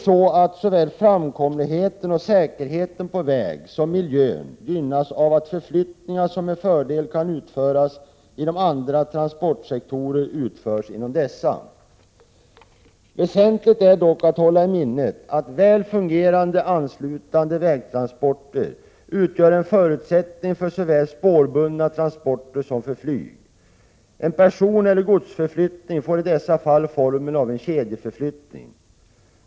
Såväl framkomligheten och säkerheten på väg som miljön gynnas av att förflyttningar som med fördel kan utföras inom andra transportsektorer utförs inom dessa. Väsentligt är dock att hålla i minnet att väl fungerande anslutande vägtransporter utgör en förutsättning för såväl spårbundna transporter som för flyg. En personeller godsförflyttning får i dessa fall formen av en kedjeförflyttning.